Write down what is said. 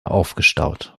aufgestaut